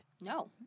No